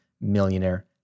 millionaire